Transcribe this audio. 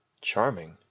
Charming